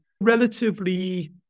relatively